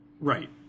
Right